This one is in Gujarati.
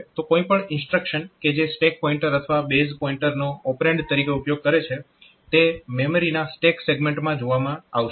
તો કોઈ પણ ઇન્સ્ટ્રક્શન કે જે સ્ટેક પોઈન્ટર અથવા બેઝ પોઈન્ટરનો ઓપરેન્ડ તરીકે ઉપયોગ કરે છે તે મેમરીના સ્ટેક સેગમેન્ટમાં જોવામાં આવશે